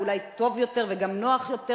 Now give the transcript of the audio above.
ואולי טוב יותר וגם נוח יותר,